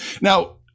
now